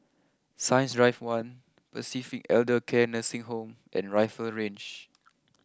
Science Drive one Pacific Elder care Nursing Home and Rifle Range